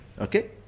okay